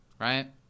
Right